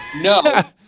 No